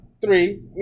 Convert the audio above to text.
Three